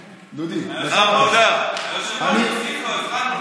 דודי, יש לי דקה וחצי.